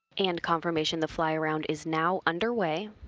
and confirmation, the fly around is now underway.